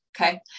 Okay